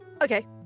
Okay